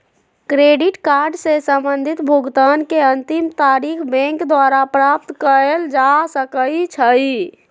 credit card से संबंधित भुगतान के अंतिम तारिख बैंक द्वारा प्राप्त कयल जा सकइ छइ